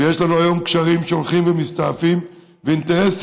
ויש לנו היום קשרים שהולכים ומסתעפים ואינטרסים